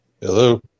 Hello